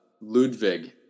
Ludwig